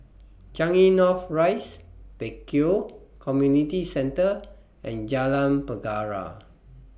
Changi North Rise Pek Kio Community Centre and Jalan Penjara